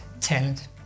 talent